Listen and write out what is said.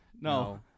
No